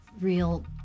real